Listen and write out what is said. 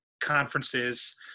conferences